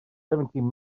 seventeen